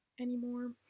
anymore